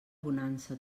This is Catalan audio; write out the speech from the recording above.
bonança